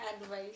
advice